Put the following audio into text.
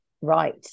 right